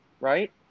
right